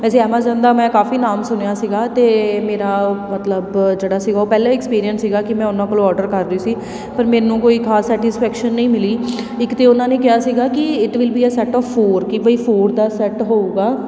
ਵੈਸੇ ਐਮਾਜੋਨ ਦਾ ਮੈਂ ਕਾਫੀ ਨਾਮ ਸੁਣਿਆ ਸੀਗਾ ਅਤੇ ਮੇਰਾ ਮਤਲਬ ਜਿਹੜਾ ਸੀਗਾ ਉਹ ਪਹਿਲਾ ਐਕਸਪੀਰੀਅੰਸ ਸੀਗਾ ਕਿ ਮੈਂ ਉਹਨਾਂ ਕੋਲੋਂ ਔਡਰ ਕਰਦੀ ਸੀ ਪਰ ਮੈਨੂੰ ਕੋਈ ਖਾਸ ਸੈਟੀਫਿਕੇਸ਼ਨ ਨਹੀਂ ਮਿਲੀ ਇੱਕ ਤਾਂ ਉਹਨਾਂ ਨੇ ਕਿਹਾ ਸੀਗਾ ਕਿ it will be a set of four ਕੇ ਬਈ ਫੋਰ ਦਾ ਸੈੱਟ ਹੋਊਗਾ